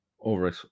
over